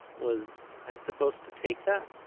was i supposed to take that?